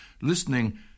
listening